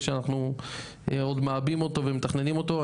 שאנחנו עוד מעבים אותו ומתכננים אותו.